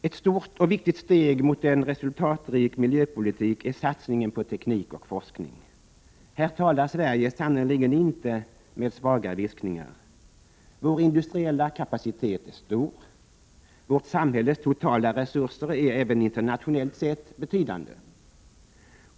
Ett stort och viktigt steg mot en resultatrik miljöpolitik är satsningen på teknik och forskning. Här talar Sverige sannerligen inte med svaga viskningar. Vår industriella kapacitet är stor, vårt samhälles totala resurser är även internationellt sett betydande.